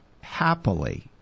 happily